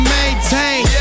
maintain